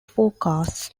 forecasts